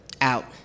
out